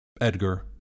Edgar